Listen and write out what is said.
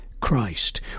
Christ